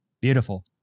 Beautiful